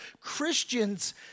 Christians